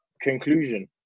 conclusion